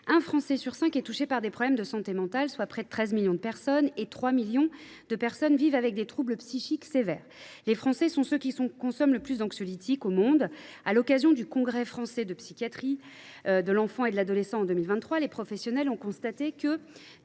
un Français sur cinq est touché par des problèmes de santé mentale, soit près de 13 millions de personnes, et 3 millions de personnes vivent avec des troubles psychiques sévères. Les Français sont ceux qui consomment le plus d’anxiolytiques au monde. À l’occasion du Congrès français de psychiatrie et psychopathologie de l’enfant et de l’adolescent en 2023, les professionnels ont constaté que